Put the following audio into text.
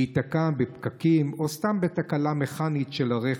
להיתקע בפקקים או סתם בתקלה מכנית של הרכב,